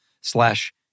slash